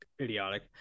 idiotic